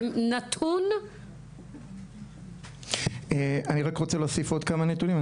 זה נתון -- אני רק רוצה להוסיף עוד כמה נתונים,